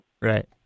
Right